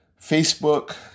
Facebook